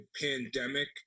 pandemic